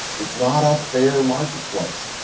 it's not a fair marketplace.